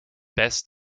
best